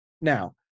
Now